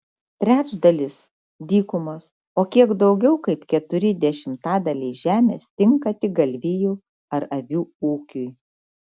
trečdalis dykumos o kiek daugiau kaip keturi dešimtadaliai žemės tinka tik galvijų ar avių ūkiui